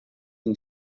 and